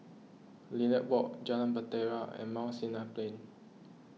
Lilac Walk Jalan Bahtera and Mount Sinai Plain